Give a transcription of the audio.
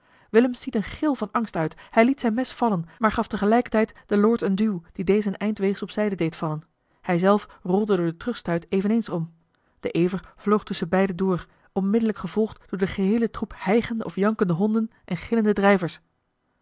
willem stiet een gil van angst uit hij liet zijn mes vallen maar gaf tegelijkertijd den lord een duw die dezen een eind weegs op zijde deed vallen hij zelf rolde door den terugstuit eveneens om de ever vloog tusschen beiden door onmiddellijk gevolgd door den geheelen troep hijgende of jankende honden en gillende drijvers